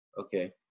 okay